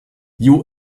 you